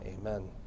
amen